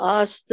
ask